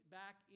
back